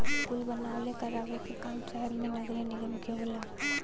कुल बनवावे करावे क काम सहर मे नगरे निगम के होला